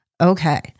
Okay